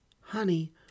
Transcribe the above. Honey